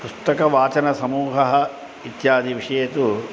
पुस्तकवाचनसमूहः इत्यादि विषये तु